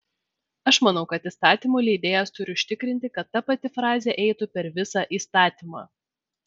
aš manau kad įstatymų leidėjas turi užtikrinti kad ta pati frazė eitų per visą įstatymą